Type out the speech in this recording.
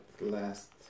last